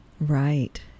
Right